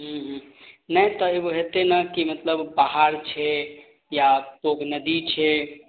हूँ हूँ नहि तऽ एगो हेतय ने कि मतलब बाहर छै या कोन नदी छै